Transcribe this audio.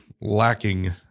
lacking